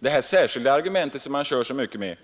Det argument som herr Sträng kör med,